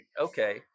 Okay